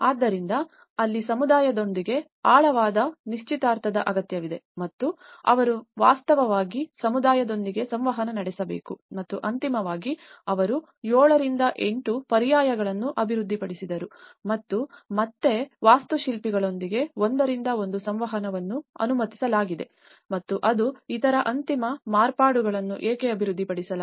ಆದ್ದರಿಂದ ಅಲ್ಲಿ ಸಮುದಾಯದೊಂದಿಗೆ ಆಳವಾದ ನಿಶ್ಚಿತಾರ್ಥದ ಅಗತ್ಯವಿದೆ ಮತ್ತು ಅವರು ವಾಸ್ತವವಾಗಿ ಸಮುದಾಯದೊಂದಿಗೆ ಸಂವಹನ ನಡೆಸಬೇಕು ಮತ್ತು ಅಂತಿಮವಾಗಿ ಅವರು 7 ರಿಂದ 8 ಪರ್ಯಾಯಗಳನ್ನು ಅಭಿವೃದ್ಧಿಪಡಿಸಿದರು ಮತ್ತು ಮತ್ತೆ ವಾಸ್ತುಶಿಲ್ಪಿಗಳೊಂದಿಗೆ ಒಂದರಿಂದ ಒಂದು ಸಂವಹನವನ್ನು ಅನುಮತಿಸಲಾಗಿದೆ ಮತ್ತು ಅದು ಇತರ ಅಂತಿಮ ಮಾರ್ಪಾಡುಗಳನ್ನು ಏಕೆ ಅಭಿವೃದ್ಧಿಪಡಿಸಲಾಗಿದೆ